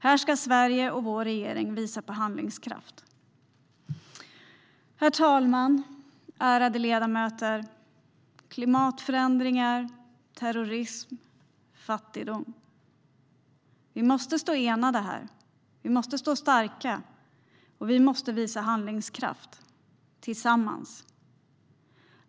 Här ska Sverige och vår regering visa på handlingskraft. Herr talman och ärade ledamöter! Vi ser klimatförändringar, terrorism, fattigdom. Vi måste stå enade, vi måste stå starka och vi måste visa handlingskraft - tillsammans.